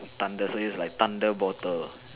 thunder so use like thunder bottle